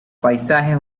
paisajes